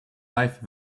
life